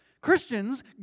Christians